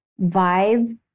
vibe